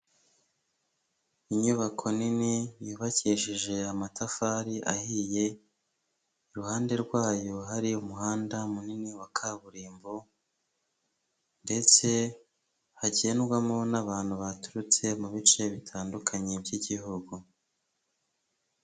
Inyubako nini yubakishije amatafari ahiye, iruhande rwayo hari umuhanda munini wa kaburimbo, ndetse hagendwamo n'abantu baturutse mu bice bitandukanye by'igihugu.